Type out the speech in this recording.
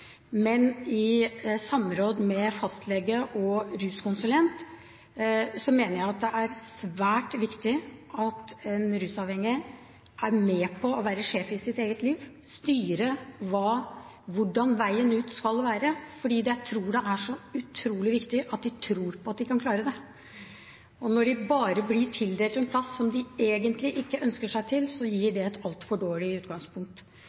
men jeg mener det er svært viktig at en rusavhengig – i samråd med fastlege og ruskonsulent – er med på å være sjef i sitt eget liv, å styre hvordan veien ut skal være, for det er så utrolig viktig at de tror på at de kan klare det. Og når de bare blir tildelt en plass som de egentlig ikke ønsker seg til, så gir det et altfor dårlig utgangspunkt.